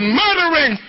murdering